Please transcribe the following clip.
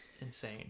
insane